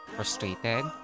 Frustrated